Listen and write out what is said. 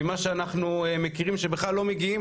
ממה שאנחנו מכירים שבכלל לא מגיעים,